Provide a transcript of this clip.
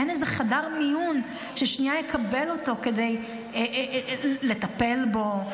אין איזה חדר מיון ששנייה יקבל אותו כדי לטפל בו,